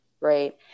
right